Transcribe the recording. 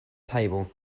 table